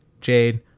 Jade